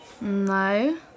No